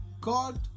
God